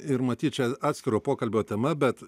ir matyt čia atskiro pokalbio tema bet